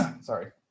sorry